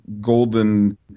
golden